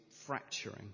fracturing